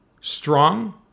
strong